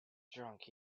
drunk